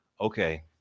Okay